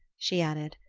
she added,